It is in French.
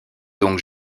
donc